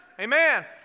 Amen